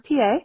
PA